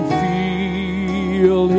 feel